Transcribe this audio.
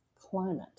climate